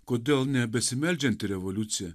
kodėl ne besimeldžianti revoliucija